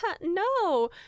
No